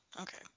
okay